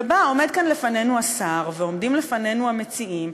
ובא ועומד כאן לפנינו השר ועומדים לפנינו המציעים,